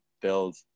build